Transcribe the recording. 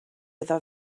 iddo